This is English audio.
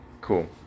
Cool